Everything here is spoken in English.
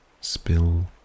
spill